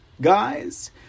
guys